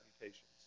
mutations